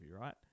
right